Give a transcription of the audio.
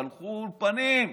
פתחו אולפנים,